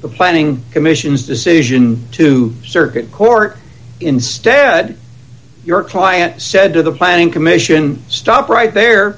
the planning commission's decision to circuit court instead your client said to the planning commission stop right there